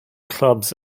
clubs